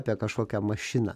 apie kažkokią mašiną